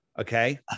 Okay